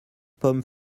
pommes